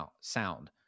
sound